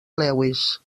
lewis